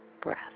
breath